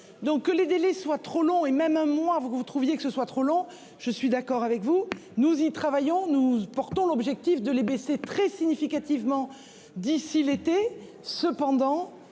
donc que les délais soient trop longs et même un mois vous vous trouviez que ce soit trop long, je suis d'accord avec vous, nous y travaillons, nous portons l'objectif de les baisser très significativement d'ici l'été.